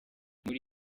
muri